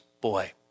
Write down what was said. boy